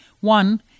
One